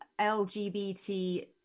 lgbt